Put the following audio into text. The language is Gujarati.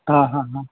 હા હા હા